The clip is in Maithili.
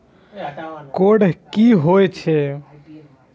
कोड की होय छै?